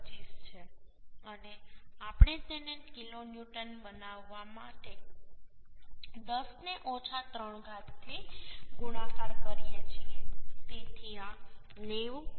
25 છે અને આપણે તેને કિલો ન્યૂટનમાં બનાવવા માટે 10 ને ઓછા 3 ઘાત થી ગુણાકાર કરીએ છીએ